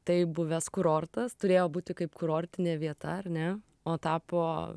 tai buvęs kurortas turėjo būti kaip kurortinė vieta ar ne o tapo